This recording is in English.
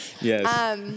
Yes